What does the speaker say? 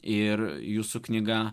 ir jūsų knyga